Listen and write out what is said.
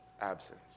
absence